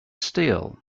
steel